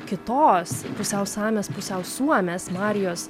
kitos pusiau samės pusiau suomės marijos